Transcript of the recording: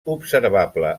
observable